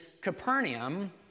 Capernaum